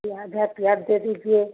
प्याज़ है प्याज़ दे दीजिए